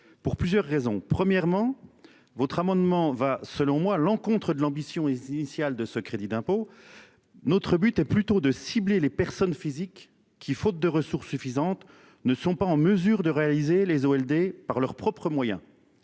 pour plusieurs raisons, premièrement votre amendement va selon moi l'encontre de l'ambition initiale de ce crédit d'impôt. Notre but est plutôt de cibler les personnes physiques qui, faute de ressources suffisantes, ne sont pas en mesure de réaliser les ALD par leurs propres moyens.